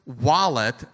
wallet